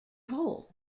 whole